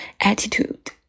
attitude